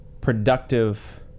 productive